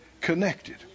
connected